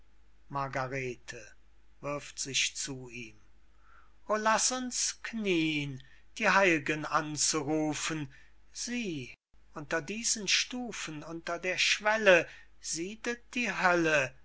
margarete wirft sich zu ihm o laß uns knien die heil'gen anzurufen sieh unter diesen stufen unter der schwelle siedet die hölle